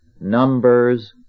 Numbers